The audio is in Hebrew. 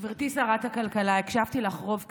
גברתי שרת הכלכלה, הקשבתי לך ברוב קשב,